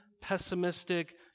pessimistic